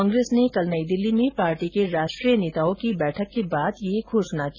कांग्रेस ने कल नई दिल्ली में पार्टी के राष्ट्रीय नेताओं की बैठक के बाद ये घोषणा की